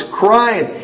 crying